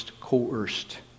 coerced